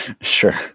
Sure